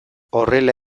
horrela